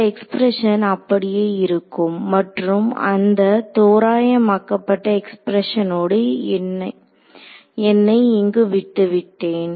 இந்த எக்ஸ்பிரஷன் அப்படியே இருக்கும் மற்றும் அந்த தோராயமாக்கப்பட்ட எக்ஸ்பிரஸனோடு என்னை இங்கு விட்டுவிட்டேன்